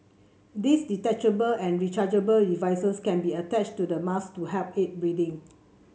these detachable and rechargeable devices can be attached to the mask to help aid breathing